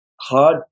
hard